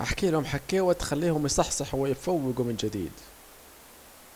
هحكيلهم حكيوة تخليهم يصحصحوا ويفوجوا من جديد